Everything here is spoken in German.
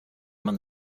man